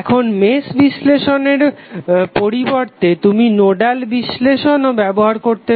এখন মেশ বিশ্লেষণের পরিবর্তে তুমি নোডাল বিশ্লেষণও ব্যবহার করতে পারো